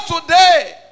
today